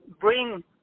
bring